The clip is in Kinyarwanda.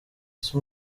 ese